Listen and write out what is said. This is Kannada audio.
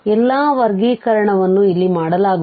ಎಲ್ಲಾ ವರ್ಗೀಕರಣವನ್ನು ಇಲ್ಲಿ ಮಾಡಲಾಗುತ್ತದೆ